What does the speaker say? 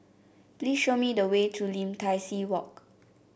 please show me the way to Lim Tai See Walk